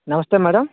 నమస్తే మ్యాడమ్